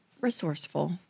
resourceful